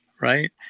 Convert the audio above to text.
right